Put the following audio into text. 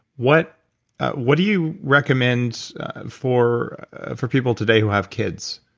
what what do you recommend for for people today who have kids?